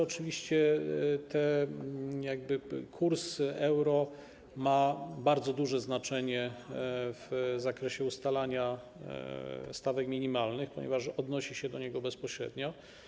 Oczywiście kurs euro ma bardzo duże znaczenie w zakresie ustalania stawek minimalnych, ponieważ odnosi się do nich bezpośrednio.